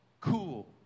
cool